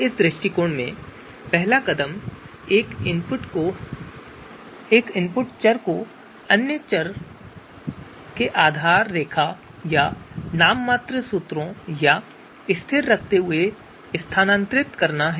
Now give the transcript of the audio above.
इस दृष्टिकोण में पहला कदम एक इनपुट चर को अन्य चर को आधार रेखा या नाममात्र मूल्यों या स्थिर पर रखते हुए स्थानांतरित करना है